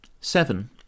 seven